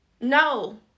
no